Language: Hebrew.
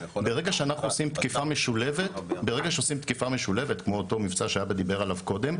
ברגע שאנחנו עושים תקיפה משולבת כמו אותו מבצע שעבד דיבר עליו קודם,